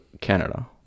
canada